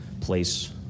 place